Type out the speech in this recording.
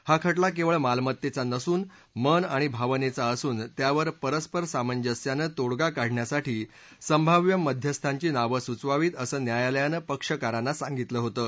हा खटला केवळ मालमत्तेचा नसून मन आणि भावनेचा असून त्यावर परस्पर सामंजस्यानं तोडगा काढण्यासाठी संभाव्य मध्यस्थांची नावं सुचवावीत अंस न्यायालयानं पक्षकारांना सांगितलं होतं